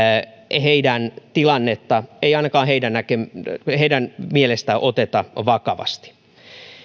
heidän tilannettaan ei ainakaan heidän mielestään oteta vakavasti